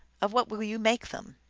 of what will you make them?